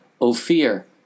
Ophir